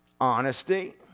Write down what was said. honesty